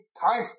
time